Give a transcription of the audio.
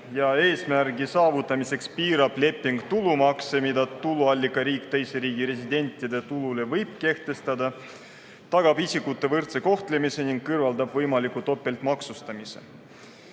Eesmärgi saavutamiseks piirab leping tulumakse, mida tuluallikariik teise riigi residentide tulule võib kehtestada, tagab isikute võrdse kohtlemise ning kõrvaldab võimaliku topeltmaksustamise.